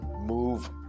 move